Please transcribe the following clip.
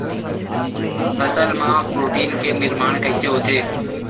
फसल मा प्रोटीन के निर्माण कइसे होथे?